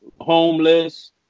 homeless